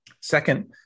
Second